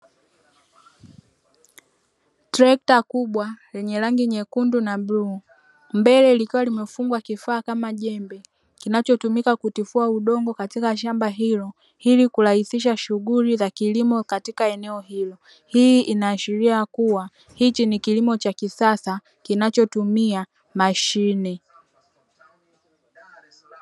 Trekta kubwa lenye rangi nyekundu na bluu mbele likiwa limefungwa kifaa kama jembe, kinachotumika kutifua udongo katika shamba hilo ili kurahisisha shughuli za kilimo katika shamba hilo, hii inaashiria kuwa hichi ni kilimo cha kisasa kinachotumia mashine.